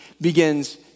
begins